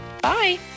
Bye